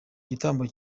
gitambo